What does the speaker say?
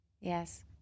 Yes